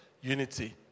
unity